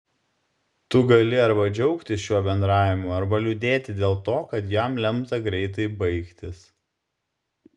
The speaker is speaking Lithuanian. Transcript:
tu gali arba džiaugtis šiuo bendravimu arba liūdėti dėl to kad jam lemta greitai baigtis